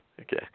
okay